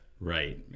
Right